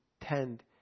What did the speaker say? tend